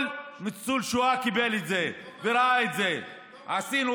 אף אחד לא מאמין